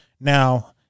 now